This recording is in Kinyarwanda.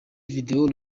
video